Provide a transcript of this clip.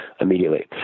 immediately